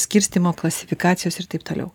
skirstymo klasifikacijos ir taip toliau